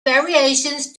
variations